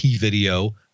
video